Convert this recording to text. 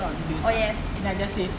oh ya